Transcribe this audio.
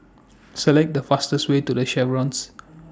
Select The fastest Way to The Chevrons